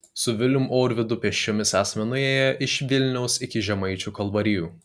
su vilium orvidu pėsčiomis esame nuėję iš vilniaus iki žemaičių kalvarijų